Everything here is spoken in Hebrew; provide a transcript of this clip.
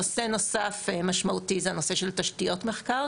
נושא נוסף משמעותי זה הנושא של תשתיות מחקר.